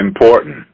important